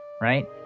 right